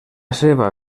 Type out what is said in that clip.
seva